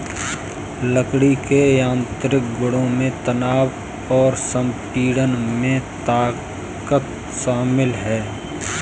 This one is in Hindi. लकड़ी के यांत्रिक गुणों में तनाव और संपीड़न में ताकत शामिल है